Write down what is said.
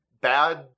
bad